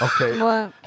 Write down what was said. Okay